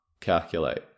Calculate